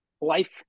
life